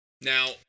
Now